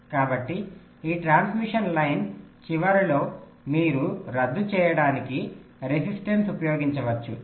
కాబట్టి ఈ transmission line చివరిలో మీరు రద్దు చేయడానికి రెసిస్టన్స్ ఉపయోగించవచ్చు